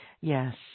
Yes